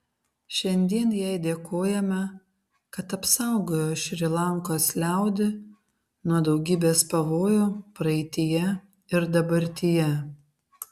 šiandien jai dėkojame kad apsaugojo šri lankos liaudį nuo daugybės pavojų praeityje ir dabartyje